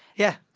yeah